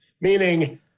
meaning